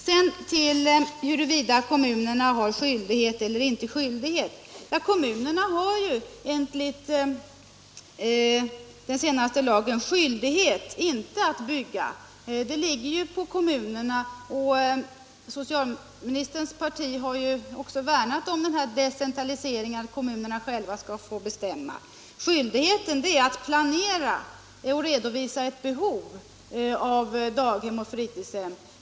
Sedan till frågan om huruvida kommunerna har skyldighet eller inte. Kommunerna har enligt den senaste lagen inte någon skyldighet att bygga. Kommunerna bestämmer själva — och socialministerns parti har ju också värnat om en sådan decentralisering. Skyldigheten gäller att planera och att redovisa ett behov av daghem och fritidshem.